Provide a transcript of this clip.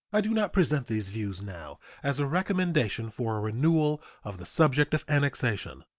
i do not present these views now as a recommendation for a renewal of the subject of annexation,